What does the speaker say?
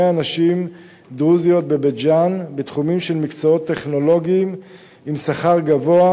נשים דרוזיות בבית-ג'ן בתחומים של מקצועות טכנולוגיים עם שכר גבוה,